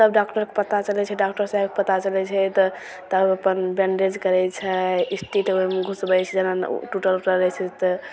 तब डॉक्टरके पता चलय छै डॉक्टर साहेबके पता चलय छै तऽ तब अपन बैन्डेज करय छै स्टील ओइमे घुसबय छै जेना टुटल उटल रहय छै तऽ